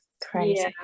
crazy